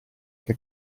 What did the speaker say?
che